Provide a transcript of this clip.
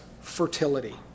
fertility